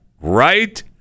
Right